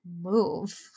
move